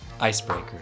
Icebreaker